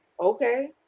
okay